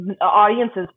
audiences